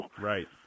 Right